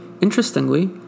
Interestingly